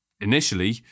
initially